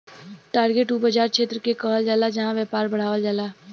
target उ बाज़ार क्षेत्र के कहल जाला जहां व्यापार बढ़ावल जाला